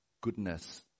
goodness